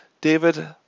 David